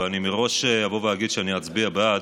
ואני מראש אגיד שאני אצביע בעד.